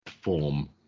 form